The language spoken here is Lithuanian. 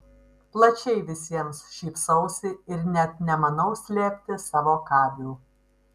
plačiai visiems šypsausi ir net nemanau slėpti savo kabių